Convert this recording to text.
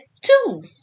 two